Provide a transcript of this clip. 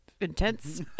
intense